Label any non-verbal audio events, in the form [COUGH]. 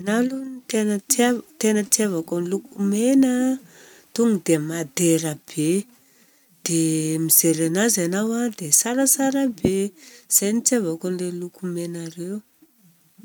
Ny anahy aloha ny tena hitiavako ny loko mena a tonga dia madera be, dia [HESITATION] mijery anazy anao a, dia tsaratsara be. Izay hitiavako an'ireo loko mena ireo.